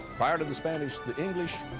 prior to the spanish, the english,